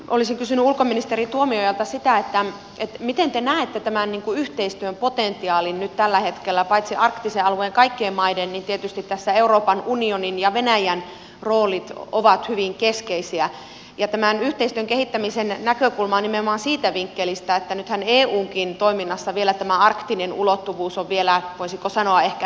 olisin kysynyt ulkoministeri tuomiojalta sitä miten te näette nyt tällä hetkellä tämän yhteistyön potentiaalin paitsi arktisen alueen kaikkien maiden niin tietysti tässä euroopan unionin ja venäjän roolit ovat hyvin keskeisiä ja tämän yhteistyön kehittämisen näkökulman nimenomaan siitä vinkkelistä että nythän eunkin toiminnassa tämä arktinen ulottuvuus on vielä voisiko sanoa ehkä heiveröinen